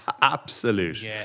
absolute